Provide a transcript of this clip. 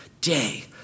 day